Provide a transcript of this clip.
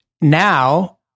now